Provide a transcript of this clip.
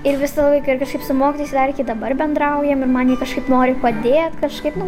ir visą laiką ir kažkaip su mokytojais dar iki dabar bendraujam ir man jie kažkaip nori padėt kažkaip nu